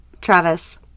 Travis